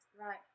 right